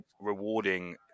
rewarding